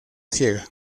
ciega